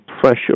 pressure